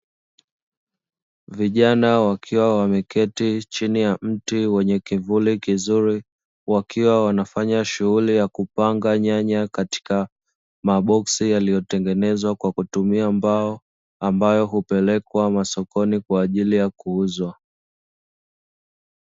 Vijana wakiwa wameketi chini ya mti wenye kivuli kizuri wakiwa wanafanya shughuli ya kupanga nyanya katika maboksi, yaliyotengenezwa kwa kutumia mbao ambayo hupelekwa masokoni kwa ajili ya kuuzwa.